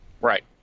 Right